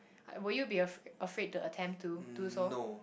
like will you be afraid to attempt to do so